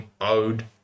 owed